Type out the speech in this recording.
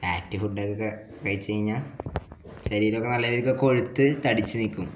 fat food ഒക്കെ കഴിച്ച് കഴിഞ്ഞാൽ ശരീരമൊക്കെ നല്ല രീതിക്ക് ഒക്കെ കൊഴുത്ത് തടിച്ച് നിൽക്കും